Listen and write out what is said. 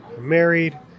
married